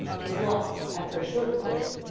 is lost, after a short course,